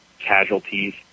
casualties